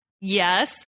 Yes